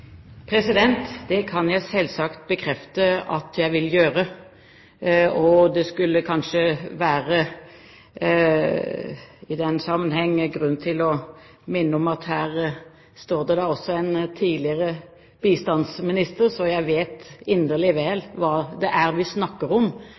Det kan jeg selvsagt bekrefte at jeg vil gjøre. Det kunne kanskje i den sammenheng være grunn til å minne om at her står det da også en tidligere bistandsminister, så jeg vet inderlig vel